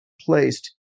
placed